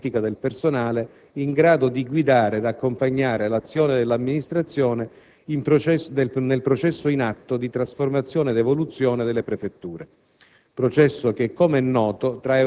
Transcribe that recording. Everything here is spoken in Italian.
allo scopo di orientare una nuova politica del personale in grado di guidare ed accompagnare l'azione dell'amministrazione nel processo in atto di trasformazione ed evoluzione delle prefetture;